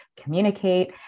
communicate